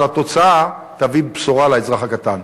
אבל התוצאה תביא בשורה לאזרח הקטן.